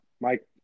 Mike